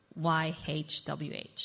YHWH